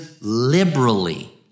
liberally